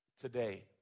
today